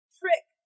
trick